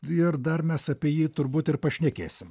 ir dar mes apie jį turbūt ir pašnekėsim